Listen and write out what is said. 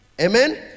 Amen